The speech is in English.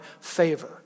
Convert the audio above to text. favor